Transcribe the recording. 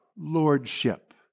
lordship